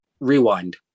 Rewind